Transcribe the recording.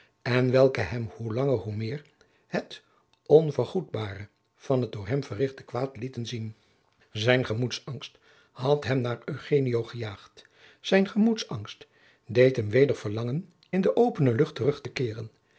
en welke hem hoe langer hoe meer het onvergoedbare van het door hem verrichte kwaad lieten zien zijn gemoedsangst had hem naar eugenio gejaagd zijn gemoedsangst deed hem weder verlangen in de opene lucht terug te keeren